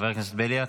חבר הכנסת בליאק.